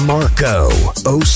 Marco